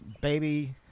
baby